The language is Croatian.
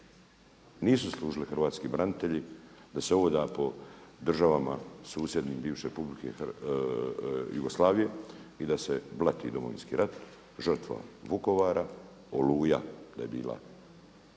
nisu zaslužili Hrvatski branitelji da se hoda po državama susjednim bivše Republike Jugoslavije i da se blati Domovinski rat, žrtva Vukovara, Oluja da je bila